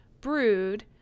brood